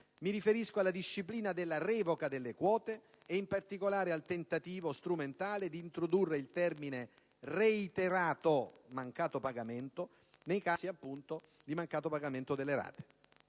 Mi riferisco alla disciplina della revoca delle quote e, in particolare, al tentativo strumentale di introdurre il termine "reiterato" nei casi di mancato pagamento delle rate.